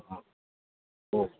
હા ઓકે